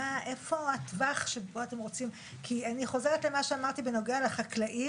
איפה התווך שבו אתם רוצים כי אני חוזרת למה שאמרתי בנוגע לחקלאים.